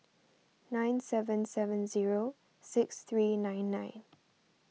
nine seven seven zero six three nine nine